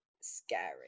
scary